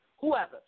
Whoever